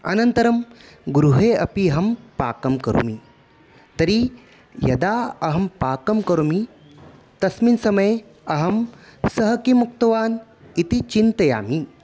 अनन्तरं गृहे अपि अहं पाकं करोमि तर्हि यदा अहं पाकं करोमि तस्मिन् समये अहं सः किमुक्तवान् इति चिन्तयामि